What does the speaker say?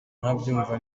ntabyumva